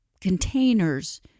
containers